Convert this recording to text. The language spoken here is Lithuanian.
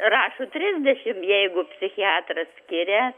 rašo trisdešim jeigu psichiatras skiria